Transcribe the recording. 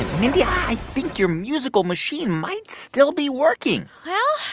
mindy. i think your musical machine might still be working well,